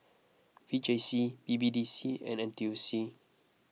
V J C B B D C and N T U C